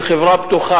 של חברה פתוחה,